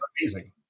amazing